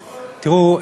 תראו,